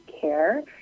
care